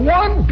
one